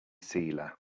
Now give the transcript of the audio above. sealer